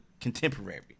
contemporary